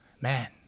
man